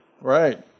Right